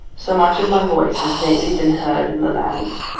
so much of my voice has lately been heard in the land,